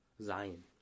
Zion